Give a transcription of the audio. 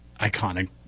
iconic